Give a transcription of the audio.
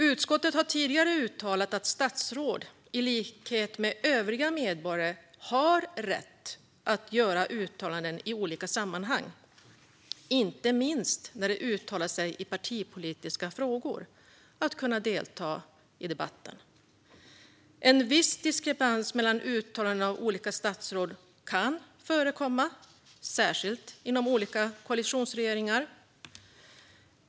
Utskottet har tidigare uttalat att statsråd, i likhet med övriga medborgare, har rätt att göra uttalanden i olika sammanhang, inte minst när de uttalar sig i partipolitiska frågor. Det handlar om att kunna delta i debatten. En viss diskrepans mellan uttalanden av olika statsråd kan förekomma, särskilt inom koalitionsregeringar.